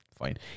fine